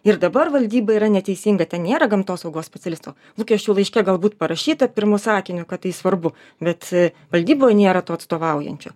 ir dabar valdyba yra neteisinga ten nėra gamtosaugos specialisto lūkesčių laiške galbūt parašyta pirmu sakiniu kad tai svarbu bet valdyboj nėra to atstovaujančio